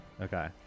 Okay